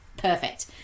perfect